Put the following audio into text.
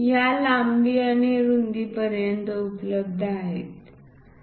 येथे आपण ज्या वस्तू ट्रिम्ड एजेसने दर्शवित आहोत ते म्हणजे पेपरवर जेथे कट केला आहे तो भाग आहे